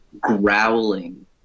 growling